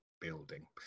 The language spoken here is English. building